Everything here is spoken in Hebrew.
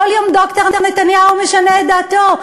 כל יום דוקטור נתניהו משנה את דעתו,